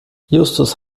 justus